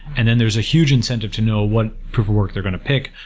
and then there's a huge incentive to know what proof of work they're going to pick,